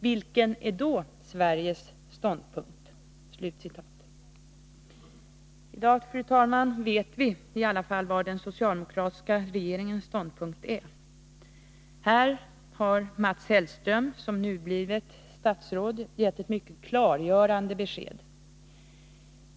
Vilken är då Sveriges ståndpunkt?” I dag, fru talman, vet vi i alla fall vilken den socialdemokratiska regeringens ståndpunkt är. Där har Mats Hellström som nyblivet statsråd gett ett mycket klargörande besked.